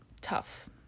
tough